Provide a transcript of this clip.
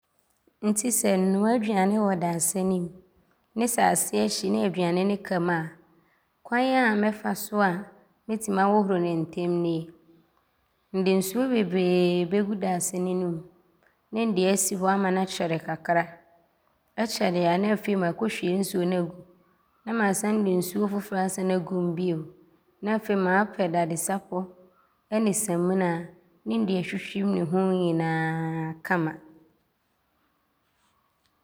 Nti sɛ nnoa aduane wɔ daasɛne mu ne sɛ aseɛ hye ne aduane ne kam a, kwan a mɛfa so a mɛtim ahohoro ne ntɛm nie. Nde nsuo bebree bɛgu daasɛne ne mu ne nde asi hɔ ama no akyɛre kakra. Ɔkyɛre a ne afei maakɔhwie nsuo no agu ne maasane de nsuo foforɔ asane agum bio ne afei maapɛ dade sapɔ ne saminaa ne nde atwitwim ne ho nyinaa kama